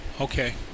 Okay